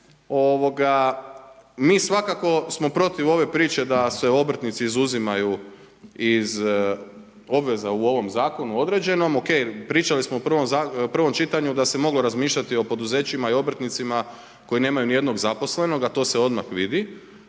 Mi svakako smo protiv ove priče da se obrtnici izuzimaju iz obveza u ovom zakonu određenom, OK pričali smo u prvom čitanju da se moglo razmišljati o poduzećima i obrtnicima koji nemaju ni jednog zaposlenog, a to se odmah vidi.